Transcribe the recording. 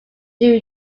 new